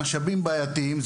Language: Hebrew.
המשאבים בעייתיים,